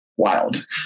Wild